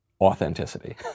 authenticity